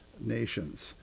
nations